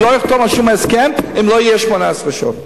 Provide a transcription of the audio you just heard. אחתום על שום הסכם אם לא יהיה 18 שעות.